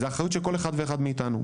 זה אחריות של כל אחד ואחד מאיתנו.